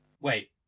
Wait